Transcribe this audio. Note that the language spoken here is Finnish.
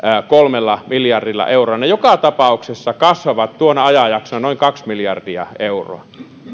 kolmella miljardilla eurolla ne joka tapauksessa kasvavat tuona ajanjaksona noin kaksi miljardia euroa